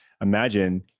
imagine